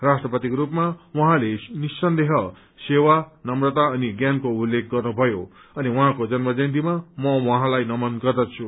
राष्ट्रपतिको रूपमा उहाँले निस्सन्देह सेवा नम्रता अनि ज्ञानको उल्लेस गर्नुभयो अनि उहाँको जन्म जयन्तीमा म उहाँलाई नमन गर्दछु